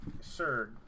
sir